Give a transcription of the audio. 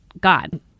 God